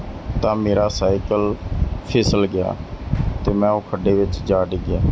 ਤਾਂ ਮੇਰਾ ਸਾਈਕਲ ਫਿਸਲ ਗਿਆ ਅਤੇ ਮੈਂ ਉਹ ਖੱਡੇ ਵਿੱਚ ਜਾ ਡਿੱਗਿਆ